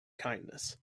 kindness